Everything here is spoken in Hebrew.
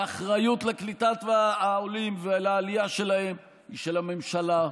האחריות לקליטת העולים ולעלייה שלהם היא של הממשלה,